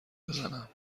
بزنم